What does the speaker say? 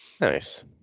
Nice